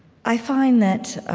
i find that